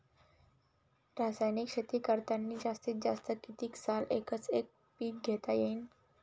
रासायनिक शेती करतांनी जास्तीत जास्त कितीक साल एकच एक पीक घेता येईन?